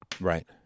Right